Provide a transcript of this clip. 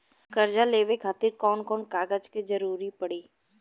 कर्जा लेवे खातिर कौन कौन कागज के जरूरी पड़ी?